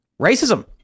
racism